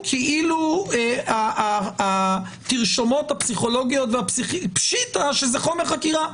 כאילו התרשומות הפסיכולוגיות והפסיכיאטריות פשיטא שזה חומר חקירה.